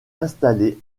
installé